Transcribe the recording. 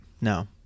No